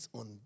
on